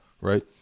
right